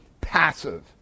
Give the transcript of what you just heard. passive